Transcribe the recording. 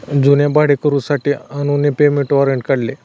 जुन्या भाडेकरूंसाठी अनुने पेमेंट वॉरंट काढले